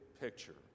picture